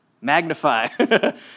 Magnify